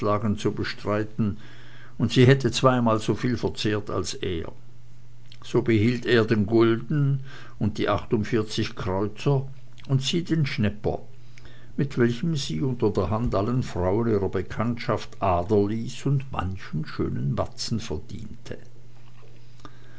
zu bestreiten und sie hätte zweimal soviel verzehrt als er so behielt er den gulden und die achtundvierzig kreuzer und sie den schnepper mit welchem sie unter der hand allen frauen ihrer bekanntschaft ader ließ und manchen schönen batzen verdiente